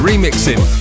remixing